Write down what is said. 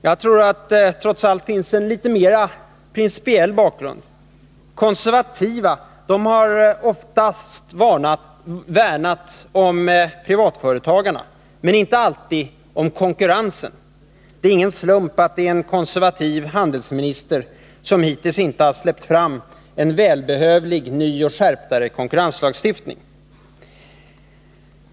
Jag tror att det trots allt finns en litet mer principiell bakgrund. De konservativa har oftast värnat om privatföretagarna men inte alltid om konkurrensen. Det är ingen slump att det är en konservativ handelsminister som hittills inte har släppt fram en välbehövlig ny och mera skärpt konkurrenslagstiftning.